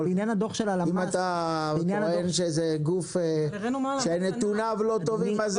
אם אתה טוען שזה גוף שנתוניו לא טובים,